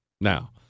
Now